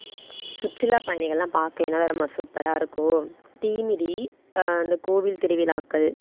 சுற்றுலாப் பயணிகள்லாம் பார்க்க என்ன தெரியுமா சூப்பராக இருக்கும் தீமிதி அந்த கோவில் திருவிழாக்கள்